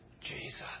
Jesus